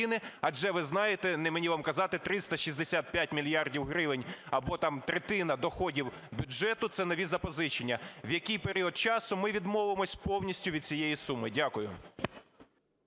адже ви знаєте, не мені вам казати, 365 мільярдів гривень або, там, третина доходів бюджету – це нові запозичення. В який період часу ми відмовимося повністю від цією суми? Дякую.